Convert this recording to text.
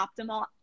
optimal